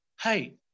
hey